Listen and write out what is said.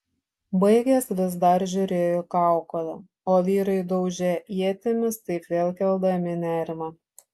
baigęs vis dar žiūrėjo į kaukolę o vyrai daužė ietimis taip vėl keldami nerimą